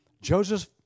Joseph